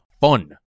fun